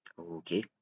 Okay